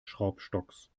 schraubstocks